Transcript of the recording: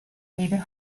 david